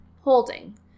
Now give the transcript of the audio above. holding